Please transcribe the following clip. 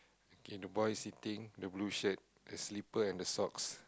okay the boy sitting in the blue shirt the slipper and the socks